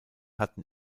hatten